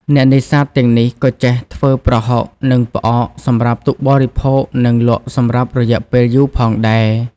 អ្នកនេសាទទាំងនេះក៏ចេះធ្វើ ប្រហុក និងផ្អកសម្រាប់ទុកបរិភោគនិងលក់សម្រាប់រយៈពេលយូរផងដែរ។